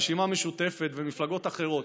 הרשימה המשותפת ומפלגות אחרות.